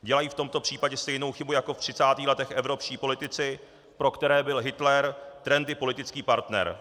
Dělají v tomto případě stejnou chybu jako ve třicátých letech evropští politici, pro které byl Hitler trendy politický partner.